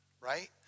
right